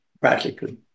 practically